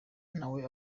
nawe